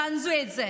גנזו את זה.